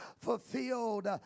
fulfilled